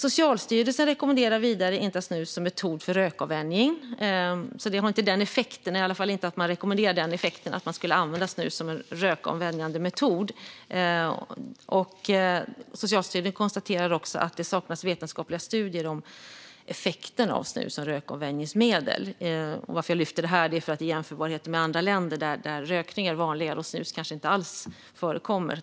Socialstyrelsen rekommenderar vidare inte snus som en metod för rökavvänjning. Det har inte den effekten. I varje fall rekommenderar man inte snus som en rökavvänjande metod. Socialstyrelsen konstaterar också att det saknas vetenskapliga studier om effekten av snus som rökavvänjningsmedel. Anledningen till att jag lyfter detta är jämförbarheten med andra länder, där rökningen är vanligare och snus kanske inte alls förekommer.